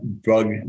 drug